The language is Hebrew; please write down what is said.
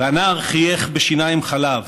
// והנער חייך בשיניים-חלב: